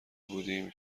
بودیم